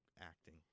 acting